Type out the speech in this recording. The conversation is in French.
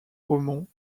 romans